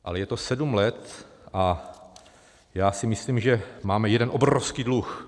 Ale je to sedm let a já si myslím, že máme jeden obrovský dluh.